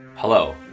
Hello